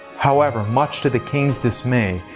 however, much to the king's dismay,